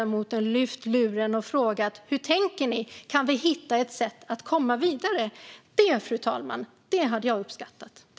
Varför har inte ledamoten lyft luren och frågat hur vi tänker och om det går att hitta ett sätt att komma vidare? Det, fru talman, hade jag uppskattat.